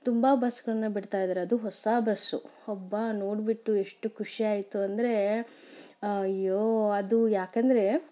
ತುಂಬ ಬಸ್ಗಳನ್ನ ಬಿಡ್ತಾ ಇದ್ದಾರೆ ಅದು ಹೊಸ ಬಸ್ಸು ಅಬ್ಬಾ ನೋಡಿಬಿಟ್ಟು ಎಷ್ಟು ಖುಷಿ ಆಯಿತು ಅಂದರೆ ಅಯ್ಯೋ ಅದು ಯಾಕೆಂದ್ರೆ